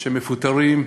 של מפוטרים,